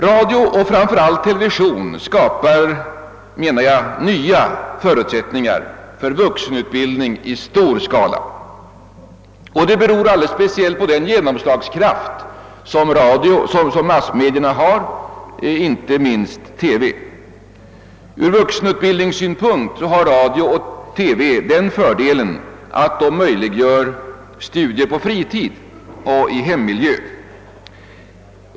Radio och framför allt television skapar enligt min mening nya förutsättningar för vuxenutbildning i stor skala. Det beror alldeles speciellt på den genomslagskraft som massmedia har — inte minst TV. Från vuxenutbildningssynpunkt har radio och TV den fördelen att de möjliggör studier på fritid och i hemmiljö.